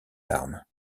larmes